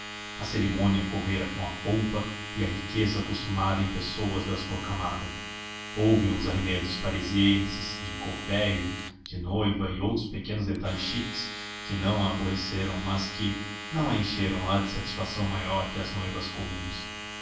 a cerimônia correra com a pompa e a riqueza acostumada em pessoas de sua camada houve uns arremedos parisienses de corbeille de noiva e outros pequenos detalhes chics que não a aborreceram mas que não a encheram lá de satisfação maior que as noivas comuns